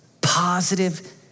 positive